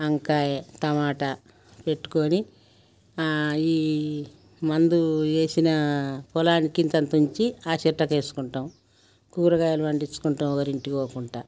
వంకాయ టమాటా పెట్టుకుని ఈ మందు వేసినా పొలానికి ఇంతింత ఉంచి ఆ చెట్టుకి వేసుకుంటాం కూరగాయలు పండించుకుంటాం ఒకరి ఇంటికి పోకుండా